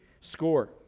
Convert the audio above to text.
Score